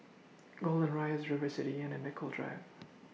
Golden Rise River City Inn and Nicoll Drive